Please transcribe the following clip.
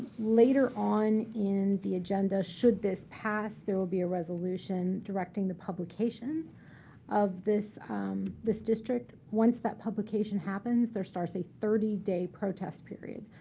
later on in the agenda, should this pass, there will be a resolution directing the publication of this this district. once that publication happens, there starts a thirty day protest period.